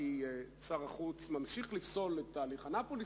כי שר החוץ ממשיך לפסול את תהליך אנאפוליס,